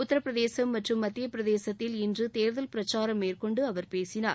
உத்தரப்பிரதேசம் மற்றும் மத்தியப்பிரதேசத்தில் இன்று தேர்தல் பிரச்சாரம் மேற்கொண்டு அவர் பேசினார்